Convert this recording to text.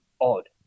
odd